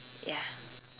ya